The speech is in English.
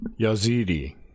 yazidi